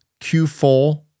Q4